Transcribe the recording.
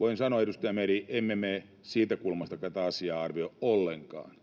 Voin sanoa, edustaja Meri: emme mene siitä kulmasta tätä asiaa arvioi ollenkaan.